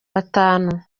batanu